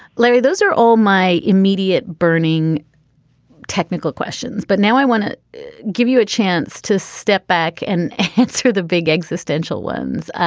larry those are all my immediate burning technical questions but now i want to give you a chance to step back and let's hear the big existential ones.